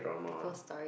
people's story